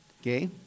Okay